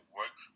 work